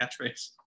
catchphrase